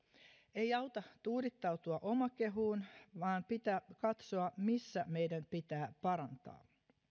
ei auta tuudittautua omakehuun vaan pitää katsoa missä meidän pitää parantaa